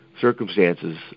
circumstances